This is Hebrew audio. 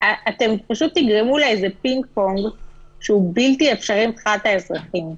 אתם פשוט תגרמו לאיזה פינג-פונג שהוא בלתי אפשרי מבחינת האזרחים.